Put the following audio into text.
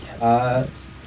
Yes